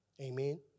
Amen